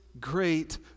great